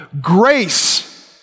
grace